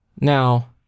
Now